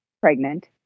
pregnant